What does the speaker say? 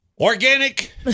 Organic